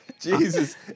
Jesus